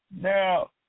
Now